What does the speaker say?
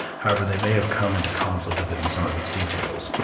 however they may have come into conflict with it in some of its details.